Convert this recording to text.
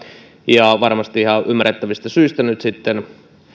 ja varmasti ihan ymmärrettävistä syistä nyt sitten